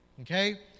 Okay